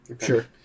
Sure